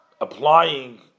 applying